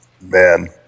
Man